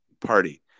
party